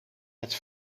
het